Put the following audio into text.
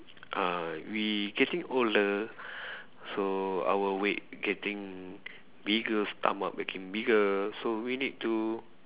uh we getting older so our weight getting bigger stomach getting bigger so we need to